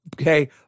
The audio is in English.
Okay